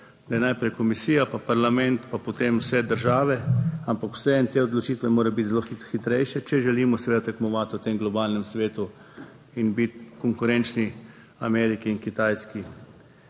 da je najprej komisija, pa parlament, pa potem vse države, ampak vseeno te odločitve morajo biti zelo hitrejše, če želimo seveda tekmovati v tem globalnem svetu in biti konkurenčni Ameriki in Kitajski.